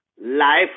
Life